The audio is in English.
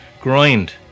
grind